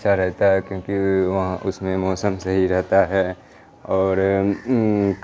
اچھا رہتا ہے کیونکہ وہاں اس میں موسم صحیح رہتا ہے اور